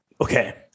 Okay